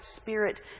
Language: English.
spirit